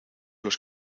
los